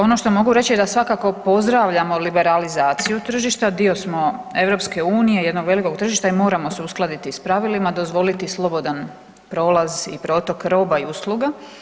Ono što mogu reći je da svakako pozdravljamo liberalizaciju tržišta, dio smo EU, jednog velikog tržišta i moramo se uskladiti s pravilima, dozvoliti slobodan prolaz i protok roba i usluga.